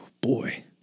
boy